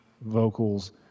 vocals